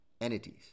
entities